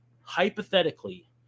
hypothetically